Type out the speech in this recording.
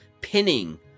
pinning